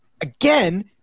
again